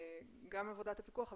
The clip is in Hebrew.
גם עבודת הפיקוח,